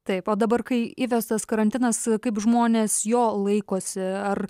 taip o dabar kai įvestas karantinas kaip žmonės jo laikosi ar